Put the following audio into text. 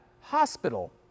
hospital